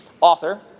author